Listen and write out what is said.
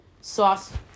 Sauce